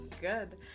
good